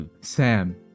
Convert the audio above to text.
Sam